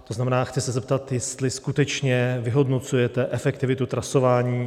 To znamená, chci se zeptat, jestli skutečně vyhodnocujete efektivitu trasování.